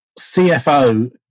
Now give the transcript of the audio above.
CFO